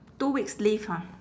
two weeks leave ha